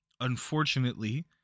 unfortunately